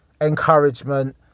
encouragement